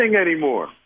anymore